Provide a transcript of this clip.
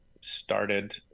started